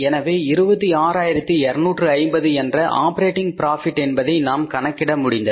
எனவே 26250 என்ற operating profit என்பதை நாம் கணக்கிட முடிந்தது